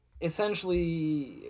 essentially